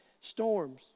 storms